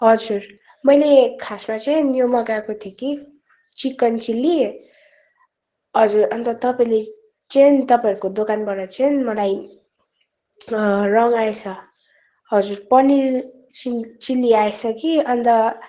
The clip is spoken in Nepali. हजुर मैले खासमा चाहिँ यो मगाएको थिएँ कि चिकन चिल्ली हजुर अन्त तपाईँले चाहिँ तपाईँहरूको दोकानबाट चाहिँ मलाई रङ आएछ हजुर पनिर चिल्ली आएछ कि अन्त